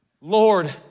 Lord